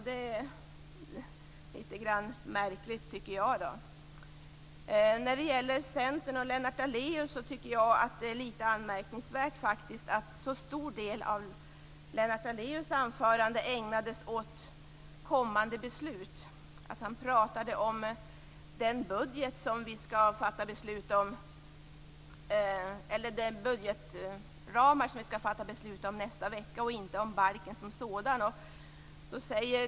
Det är litet märkligt. Sedan är det Centern och Lennart Daléus. Det är anmärkningsvärt att en så stor del av Lennart Daléus anförande ägnades åt kommande beslut. Han pratade om de budgetramar som vi skall fatta beslut om nästa vecka och inte om balken som sådan.